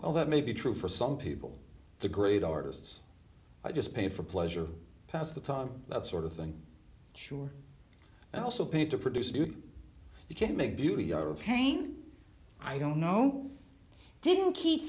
well that may be true for some people the great artists i just paid for pleasure pass the time that sort of thing sure i also paid to produce food you can make beauty out of pain i don't know didn't ke